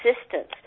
assistance